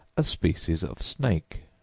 a species of snake.